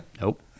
Nope